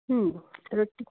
ರೊಟ್ಟಿ